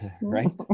Right